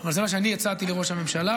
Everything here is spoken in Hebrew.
אבל זה מה שאני הצעתי לראש הממשלה.